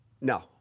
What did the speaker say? No